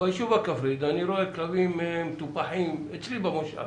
בישוב הכפרי אני רואה כלבים מטופחים, אצלי במושב.